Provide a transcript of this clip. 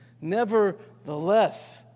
Nevertheless